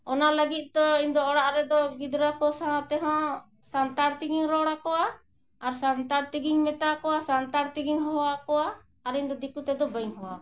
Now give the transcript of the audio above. ᱚᱱᱟ ᱞᱟᱹᱜᱤᱫ ᱛᱮ ᱤᱧ ᱫᱚ ᱚᱲᱟᱜ ᱨᱮᱫᱚ ᱜᱤᱫᱽᱨᱟᱹ ᱠᱚ ᱥᱟᱶ ᱛᱮᱦᱚᱸ ᱥᱟᱱᱛᱟᱲ ᱛᱮᱜᱤᱧ ᱨᱚᱲ ᱟᱠᱚᱣᱟ ᱟᱨ ᱥᱟᱱᱛᱟᱲ ᱛᱮᱜᱮᱧ ᱢᱮᱛᱟ ᱠᱚᱣᱟ ᱥᱟᱱᱛᱟᱲ ᱛᱮᱜᱮᱧ ᱦᱚᱦᱚ ᱟᱠᱚᱣᱟ ᱟᱨ ᱤᱧ ᱫᱚ ᱫᱤᱠᱩ ᱛᱮᱫᱚ ᱵᱟᱹᱧ ᱦᱚᱦᱚᱣᱟᱠᱚᱣᱟ